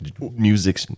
music